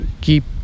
keep